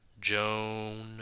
Joan